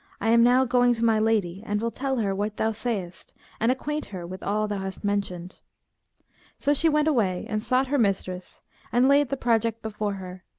i am now going to my lady and will tell her what thou sayest and acquaint her with all thou hast mentioned so she went away and sought her mistress and laid the project before her,